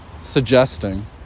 suggesting